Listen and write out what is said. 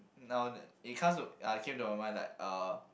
now that it comes to it came to a point that like uh